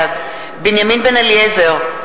בעד בנימין בן-אליעזר,